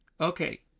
Okay